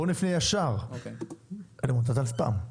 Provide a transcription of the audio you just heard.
בואו נפנה ישר לעמותת "אל ספאם",